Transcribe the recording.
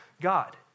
God